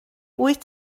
wyt